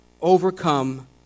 overcome